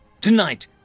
Tonight